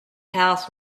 houses